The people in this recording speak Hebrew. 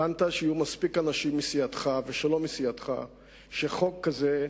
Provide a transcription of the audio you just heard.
הבנת שיהיו מספיק אנשים מסיעתך ושלא מסיעתך שחוק כזה,